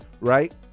right